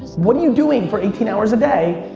what are you doing for eighteen hours a day?